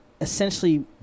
essentially –